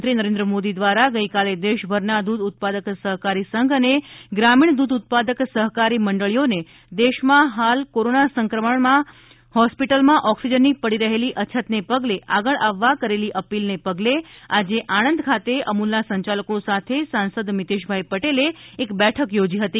પ્રધાનમંત્રીશ્રી નરેન્દ્ર મોદી દ્વારા ગઈકાલે દેશભરના દૂધ ઉત્પાદક સહકારી સંઘ અને ગ્રામિણ દૂધ ઉત્પાદક સહકારી મંડળીઓને દેશમાં હાલ કોરોના સંક્રમણ માં હોસ્પિટલમાં ઓક્સિજનની પડી રહેલી અછતને પગલે આગળ આવવા કરેલી અપીલને પગલે આજે આણંદ ખાતે અમૂલના સંચાલકો સાથે સાંસદ શ્રી મિતેષભાઈ પટેલે એક બેઠક યોજી હતી